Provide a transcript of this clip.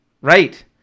Right